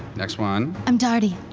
next one. i'm dart-y.